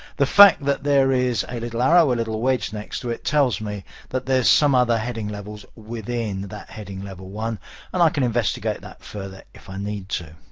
the fact that there is a little arrow, a little wedge next to it tells me that there's some other heading levels within that heading level one and i can investigate that further if i need to.